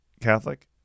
Catholic